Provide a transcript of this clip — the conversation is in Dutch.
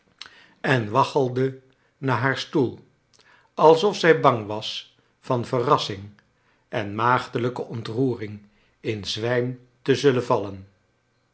en waggelde naar haar stoel alsof zij bang was van verrassing en maagdelijke ontroering in zwijm te zullen vallen